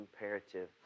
imperative